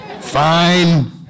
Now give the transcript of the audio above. Fine